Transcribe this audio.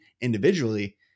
individually